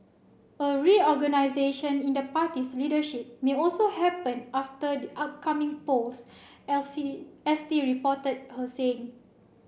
a reorganisation in the party's leadership may also happen after the upcoming polls S T reported her saying